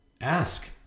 Ask